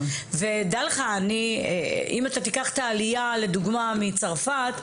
ואם אתה תיקח את העלייה מצרפת,